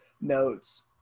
notes